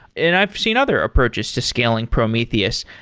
and i've seen other approaches to scaling prometheus.